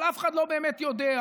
אבל אף אחד לא באמת יודע.